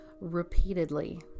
repeatedly